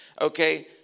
okay